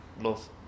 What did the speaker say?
Love